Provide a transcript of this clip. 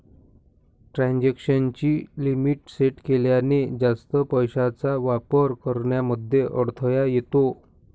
transaction ची limit set केल्याने, जास्त पैशांचा वापर करण्यामध्ये अडथळा येतो